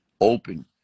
open